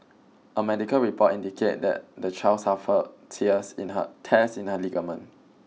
a medical report indicated that the child suffered tears in her tears in her ligaments